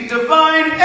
divine